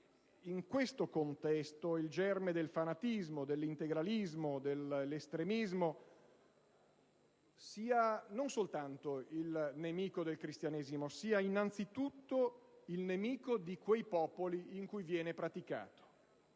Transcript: in questo contesto il germe del fanatismo, dell'integralismo e dell'estremismo sia non soltanto il nemico del Cristianesimo, ma innanzitutto il nemico di quei popoli in cui viene praticato.